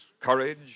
courage